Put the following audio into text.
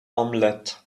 omelette